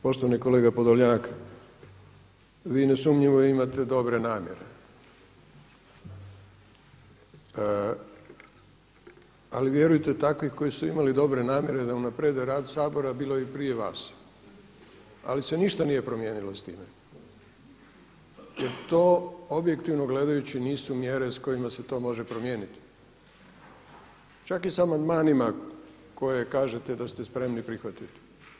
Poštovani kolega Podolnjak, vi nesumnjivo imate dobre namjere, ali vjerujte takvi koji su imali dobre namjere da unaprijede rad Sabora bilo je i prije vas, ali se ništa nije promijenilo s time jel to objektivno gledajući nisu mjere s kojima se to može promijeniti, čak i sa amandmanima koje kažete da ste spremni prihvatiti.